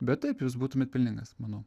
bet taip jūs būtumėt pelningas manau